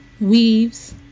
weaves